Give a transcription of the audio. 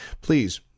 please